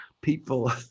people